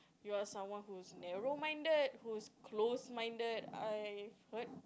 you are someone is who narrow minded who is close minded I heard